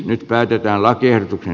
nyt päätetään lakiehdotuksen